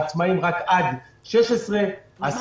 העצמאים רק עד 16,000. מה?